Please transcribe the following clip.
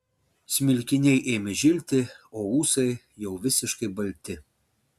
smilkiniai ėmė žilti o ūsai jau visiškai balti